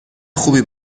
خوبی